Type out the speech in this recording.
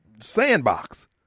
sandbox